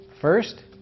first